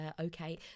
okay